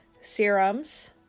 serums